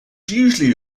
usually